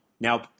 Now